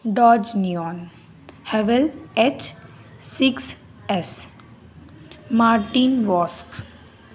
Dodge Neon Haval H six S Martin वॉस्फ